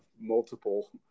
multiple